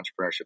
entrepreneurship